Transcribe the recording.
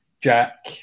Jack